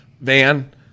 van